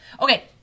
Okay